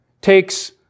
takes